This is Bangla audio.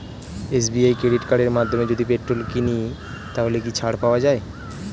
এস.বি.আই ক্রেডিট কার্ডের মাধ্যমে যদি পেট্রোল কিনি তাহলে কি ছাড় পাওয়া যায়?